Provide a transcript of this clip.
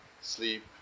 sleep